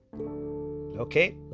Okay